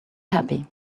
happy